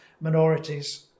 minorities